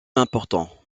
important